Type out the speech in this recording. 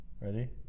Ready